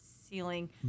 ceiling